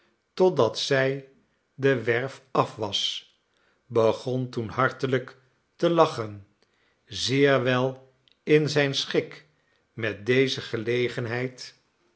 totdat zij de werf af was begon toen hartelijk te lachen zeer wel in zijn schik met deze gelegenheid